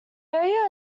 area